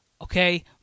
okay